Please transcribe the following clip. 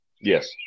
Yes